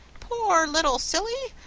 poor little silly!